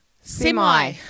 semi